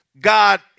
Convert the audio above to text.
God